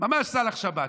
ממש סלאח שבתי.